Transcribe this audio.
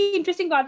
interesting